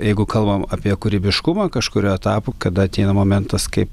jeigu kalbam apie kūrybiškumą kažkuriuo etapu kada ateina momentas kaip